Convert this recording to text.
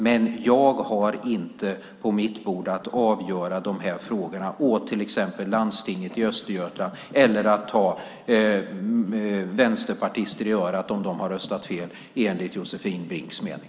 Men jag har inte på mitt bord att avgöra de här frågorna åt till exempel landstinget i Östergötland eller att ta vänsterpartister i örat om de har röstat fel enligt Josefin Brinks mening.